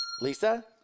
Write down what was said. Lisa